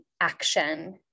action